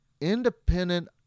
independent